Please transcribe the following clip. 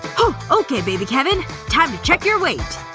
okay baby kevin. time to check your weight